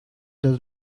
does